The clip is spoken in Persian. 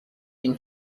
این